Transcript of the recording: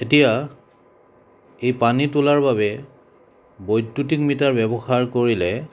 এতিয়া এই পানী তোলাৰ বাবে বৈদুত্যিক মিটাৰ ব্যৱহাৰ কৰিলে